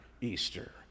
Easter